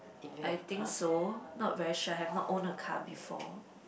I think so not very sure have not own a car before